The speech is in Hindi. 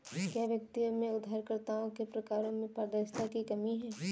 क्या व्यक्तियों में उधारकर्ताओं के प्रकारों में पारदर्शिता की कमी है?